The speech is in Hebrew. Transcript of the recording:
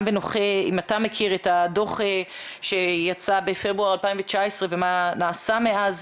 אם אתה מכיר את הדוח שיצא בפברואר 2019 ומה נעשה מאז.